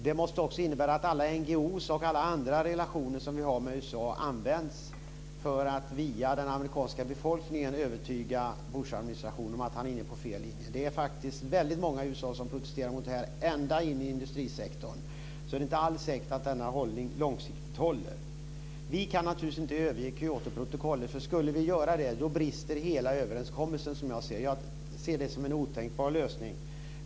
Det måste också innebära att alla NGO:er och andra relationer som vi har med USA används för att via den amerikanska befolkningen övertyga Bushadministrationen om att man är inne på fel linje. Det är faktiskt väldigt många i USA som protesterar mot det här ända in i industrisektorn. Så det är inte alls säkert att denna inställning långsiktigt håller. Vi kan naturligtvis inte överge Kyotoprotokollet. Skulle vi göra det brister hela överenskommelsen som jag ser det. Jag ser det som en otänkbar lösning.